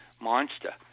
monster